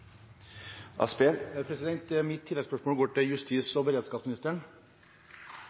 Mitt oppfølgingsspørsmål går til justis- og beredskapsministeren.